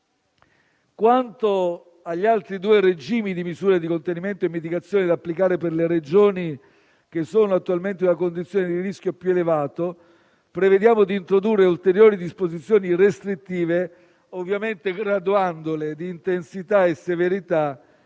Quanto agli altri due regimi di misure di contenimento e mitigazione da applicare per le Regioni che sono attualmente nella condizione di rischio più elevato, prevediamo di introdurre ulteriori disposizioni restrittive, ovviamente graduandole di intensità e severità